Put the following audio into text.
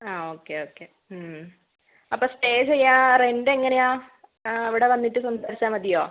ആ okay okay അപ്പോൾ stay ചെയ്യാൻ റെൻ്റ് എങ്ങനെയാണ് അവിടെ വന്നിട്ട് സംസാരിച്ചാൽ മതിയോ